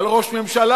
על ראש ממשלה,